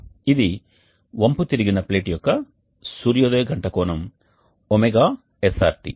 ఇది వంపు తిరిగిన ప్లేట్ యొక్క సూర్యోదయ గంట కోణం ωsrt